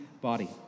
body